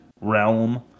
realm